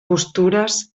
postures